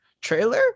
trailer